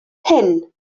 hyn